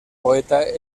poeta